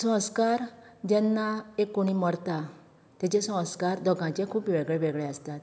संस्कार जेन्ना एक कोणी मरता तेजेर संस्कार दोगांचे खूब वेगळे वेगळे आसतात